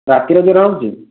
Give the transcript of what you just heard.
ରାତିରେ ଜ୍ୱର ହେଉଛି